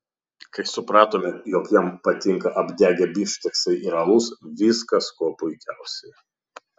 kai supratome jog jam patinka apdegę bifšteksai ir alus viskas kuo puikiausiai